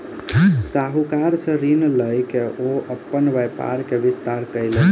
साहूकार सॅ ऋण लय के ओ अपन व्यापार के विस्तार कयलैन